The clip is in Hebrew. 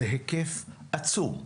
זה היקף עצום,